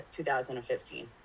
2015